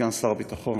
סגן שר הביטחון,